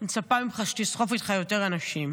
אני מצפה ממך שתסחוף איתך יותר אנשים.